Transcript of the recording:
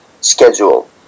schedule